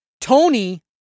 Tony